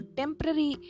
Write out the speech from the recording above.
temporary